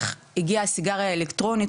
איך הגיעה הסיגריה האלקטרונית,